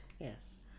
yes